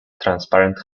transparent